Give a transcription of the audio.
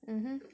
mmhmm